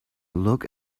look